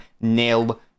nil